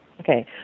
okay